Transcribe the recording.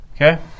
Okay